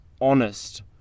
honest